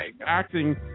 acting